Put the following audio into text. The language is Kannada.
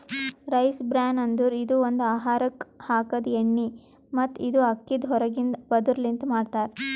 ರೈಸ್ ಬ್ರಾನ್ ಅಂದುರ್ ಇದು ಒಂದು ಆಹಾರಕ್ ಹಾಕದ್ ಎಣ್ಣಿ ಮತ್ತ ಇದು ಅಕ್ಕಿದ್ ಹೊರಗಿಂದ ಪದುರ್ ಲಿಂತ್ ಮಾಡ್ತಾರ್